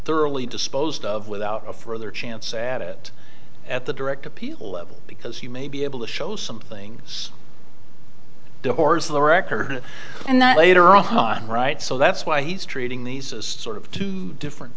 thoroughly disposed of without a further chance at it at the direct appeal level because you may be able to show something the horrors of the record and that later all right so that's why he's treating these sort of two different